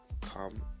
Come